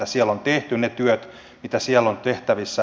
siellä on tehty ne työt mitä siellä on tehtävissä